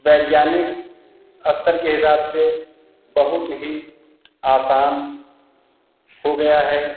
वैज्ञानिक स्तर के हिसाब से बहुत ही आसान हो गया है